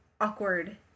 awkward